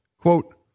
Quote